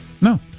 No